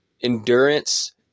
endurance